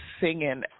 singing